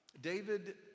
David